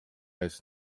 ees